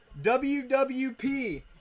WWP